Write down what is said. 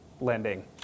lending